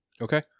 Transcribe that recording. Okay